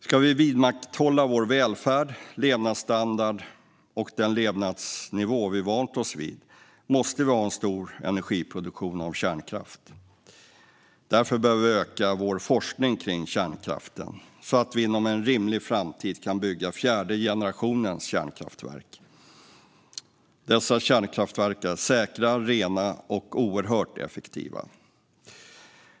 Ska vi vidmakthålla vår välfärd, levnadsstandard och den levnadsnivå vi har vant oss vid måste vi ha en stor energiproduktion med kärnkraft. Därför bör vi öka vår forskning kring kärnkraften, så att vi inom en rimlig framtid kan bygga fjärde generationens kärnkraftverk. Dessa kärnkraftverk är säkra, rena och oerhört effektiva.